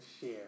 share